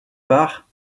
part